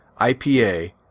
IPA